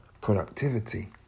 productivity